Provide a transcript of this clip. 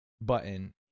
button